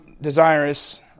desirous